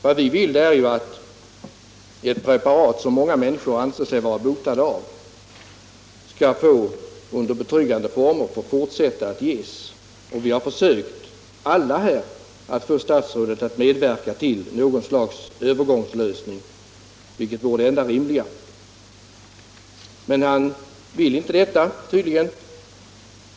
Vad vi vill är ju att ett preparat som många människor anser sig bli botade av skall få finnas i fortsättningen och att det skall kunna ges under betryggande former. Alla här har försökt att få statsrådet att medverka till något slags övergångslösning, vilket vore det enda rimliga. Men statsrådet vill tydligen inte det.